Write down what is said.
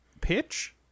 pitch